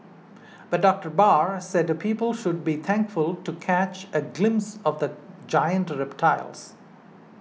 but Doctor Barr said people should be thankful to catch a glimpse of giant reptiles